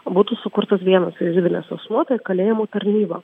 būtų sukurtas vienas juridinis asmuo tai kalėjimų tarnyba